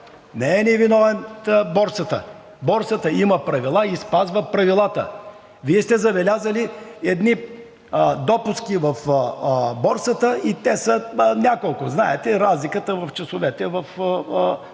Не ни е виновна борсата. Борсата има правила и спазва правилата. Вие сте забелязали едни пропуски в борсата и те са няколко – знаете за разликата в часовете в платформата